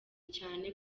cyane